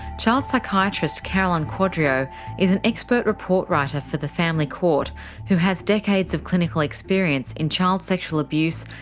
child psychiatrist carolyn quadrio is an expert report writer for the family court who has decades of clinical experience in child sexual abuse,